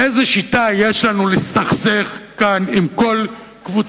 איזה שיטה יש לנו להסתכסך כאן עם כל קבוצה,